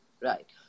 Right